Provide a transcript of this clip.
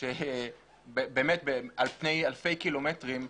על פני אלפי קילומטרים,